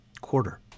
quarter